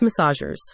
massagers